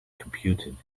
computed